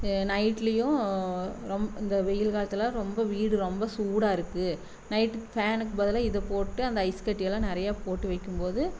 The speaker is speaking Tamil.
நைட்லேயும் ரொம்ப இந்த வெயில் காலத்தில் ரொம்ப வீடு ரொம்ப சூடாருக்கு நைட்டு ஃபேனுக்கு பதிலா இதை போட்டு அந்த ஐஸ் கட்டியெல்லாம் நிறையா போட்டு வைக்கிம் போது